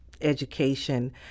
education